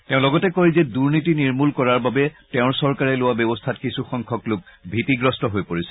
তেওঁ লগতে কয় যে দুৰ্নীতি নিৰ্মূল কৰাৰ বাবে তেওঁৰ চৰকাৰে লোৱা ব্যৱস্থাত কিছু সংখ্যক লোক ভিতিগ্ৰস্ত হৈ পৰিছে